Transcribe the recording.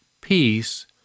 peace